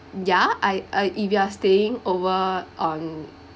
ya I I if you are staying over on